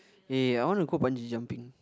ya ya ya I want to go Bungee jumping